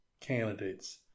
Candidates